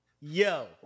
Yo